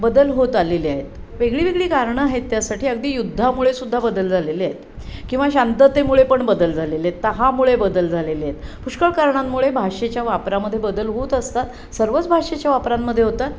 बदल होत आलेले आहेत वेगळीवेगळी कारणं आहेत त्यासाठी अगदी युद्धामुळे सुद्धा बदल झालेले आहेत किंवा शांततेमुळे पण बदल झालेले आहेत तहामुळे बदल झालेले आहेत पुष्कळ कारणांमुळे भाषेच्या वापरामध्ये बदल होत असतात सर्वच भाषेच्या वापरांमध्ये होतात